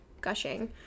gushing